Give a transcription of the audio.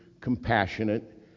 compassionate